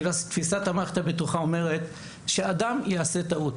תפיסת המערכת הבטוחה אומרת, שאדם יעשה טעות,